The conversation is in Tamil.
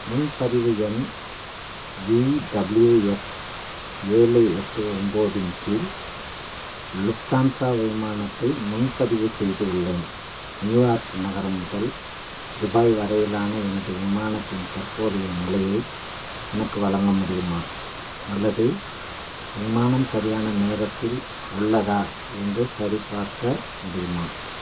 முன்பதிவு எண் விடபுள்யூஎக்ஸ் ஏழு எட்டு ஒம்பதின் கீழ் லுஃப்தான்சா விமானத்தை முன்பதிவு செய்துள்ளேன் நியூயார்க் நகரம் முதல் துபாய் வரையிலான எனது விமானத்தின் தற்போதைய நிலையை எனக்கு வழங்க முடியுமா அல்லது விமானம் சரியான நேரத்தில் உள்ளதா என்று சரிபார்க்க முடியுமா